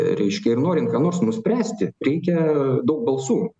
reiškia ir norint ką nors nuspręsti reikia daug balsų reikia kad būtų